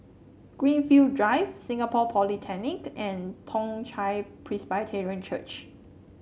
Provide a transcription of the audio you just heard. Greenfield Drive Singapore Polytechnic and Toong Chai Presbyterian Church